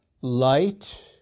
light